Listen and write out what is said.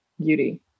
beauty